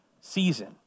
season